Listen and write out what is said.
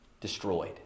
destroyed